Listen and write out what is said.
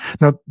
Now